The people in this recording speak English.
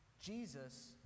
Jesus